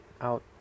out